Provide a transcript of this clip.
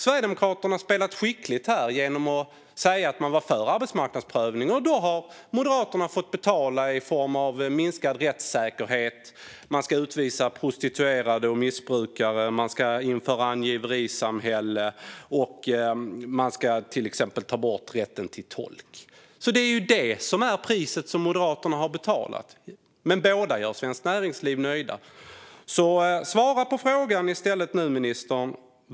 Sverigedemokraterna har spelat skickligt genom att säga att man var för arbetsmarknadsprövning, och Moderaterna har fått betala i form av minskad rättssäkerhet, utvisning av prostituerade och missbrukare, införande av angiverisamhälle och avskaffande av rätten till tolk, till exempel. Detta är det pris som Moderaterna har betalat. Men båda gör svenskt näringsliv nöjda. Svara nu i stället på frågan, ministern!